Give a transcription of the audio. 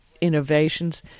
innovations